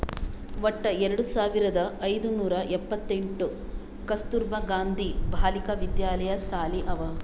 ವಟ್ಟ ಎರಡು ಸಾವಿರದ ಐಯ್ದ ನೂರಾ ಎಪ್ಪತ್ತೆಂಟ್ ಕಸ್ತೂರ್ಬಾ ಗಾಂಧಿ ಬಾಲಿಕಾ ವಿದ್ಯಾಲಯ ಸಾಲಿ ಅವಾ